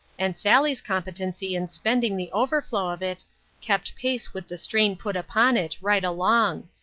and sally's competency in spending the overflow of it kept pace with the strain put upon it, right along.